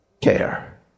care